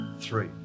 three